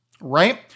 right